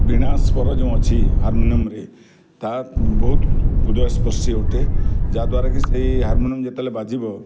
ବୀଣା ସ୍ୱର ଯେଉଁ ଅଛି ହାରମୋନିୟମ୍ରେ ତା ବହୁତ ହୃଦୟସ୍ପର୍ଶୀ ଅଟେ ଯା ଦ୍ୱାରା କି ସେ ହାରମୋନିୟମ୍ ଯେତେବେଲେ ବାଜିବ